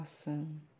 Awesome